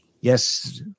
Yes